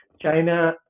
China